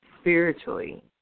spiritually